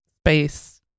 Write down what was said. space